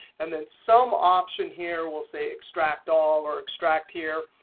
and then some option here will say extract all or extract here.